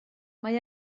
mae